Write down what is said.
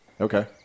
Okay